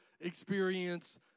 experience